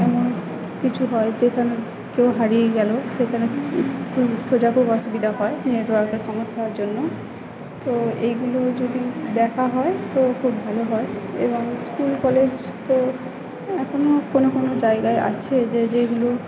এমন কিছু হয় যেখানে কেউ হারিয়ে গেলো সেখানে খোঁজাতে অসুবিধা হয় নেটওয়ার্কের সমস্যার জন্য তো এইগুলো যদি দেখা হয় তো খুব ভালো হয় এবং স্কুল কলেজ তো এখনো কোনো জায়গায় আছে যে যেগুলো